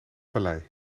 vallei